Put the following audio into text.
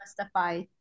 justify